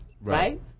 right